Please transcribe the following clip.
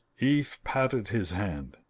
eve patted his hand.